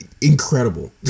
incredible